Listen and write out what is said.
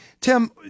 Tim